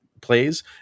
plays